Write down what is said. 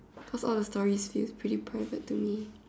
cause all the story seem pretty private to me